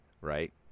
right